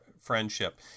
friendship